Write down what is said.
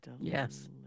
yes